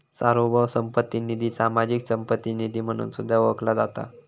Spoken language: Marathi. सार्वभौम संपत्ती निधी, सामाजिक संपत्ती निधी म्हणून सुद्धा ओळखला जाता